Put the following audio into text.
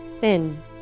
thin